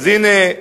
אז הנה,